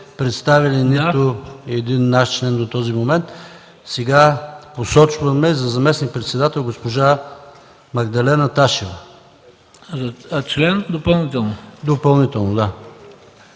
представили нито един наш член до този момент. Сега посочваме за заместник-председател госпожа Магдалена Ташева, а член ще представим допълнително.